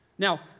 Now